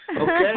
Okay